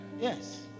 Yes